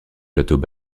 plateaux